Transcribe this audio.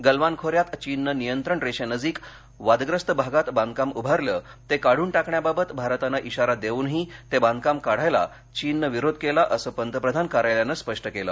गलवान खोऱ्यात चीननं नियंत्रण रेषेनजीक वादग्रस्त भागात बांधकाम उभारल ते काढून टाकण्याबाबत भारतानं इशारा देऊनही ते बांधकाम काढायला चीननं विरोध केला असं पंतप्रधान कार्यालयानं स्पष्ट केलं